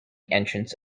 entrance